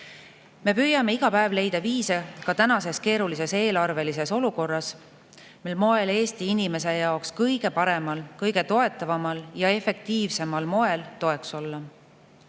Me püüame iga päev leida viise, ka tänases keerulises eelarvelises olukorras, mil moel Eesti inimesele kõige paremal, toetavamal ja efektiivsemal moel toeks